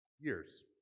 years